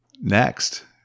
next